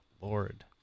Lord